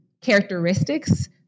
characteristics